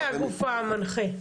הכבאות הוא הגוף המנחה.